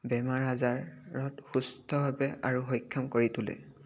বেমাৰ আজাৰত সুস্থভাৱে আৰু সক্ষম কৰি তোলে